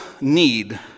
need